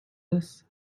this